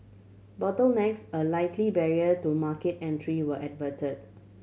bottlenecks a likely barrier to market entry were averted